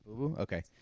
Okay